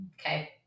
okay